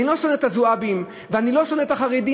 אני לא שונא את הזועבים ואני לא שונא את החרדים,